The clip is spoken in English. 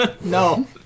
no